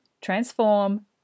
transform